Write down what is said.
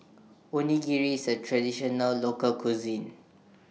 Onigiri IS A Traditional Local Cuisine